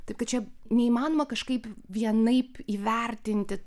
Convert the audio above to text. taip kad čia neįmanoma kažkaip vienaip įvertinti